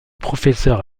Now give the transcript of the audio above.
professeur